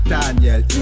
Daniel